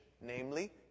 namely